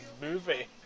movie